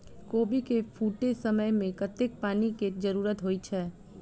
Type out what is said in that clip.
कोबी केँ फूटे समय मे कतेक पानि केँ जरूरत होइ छै?